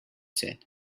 said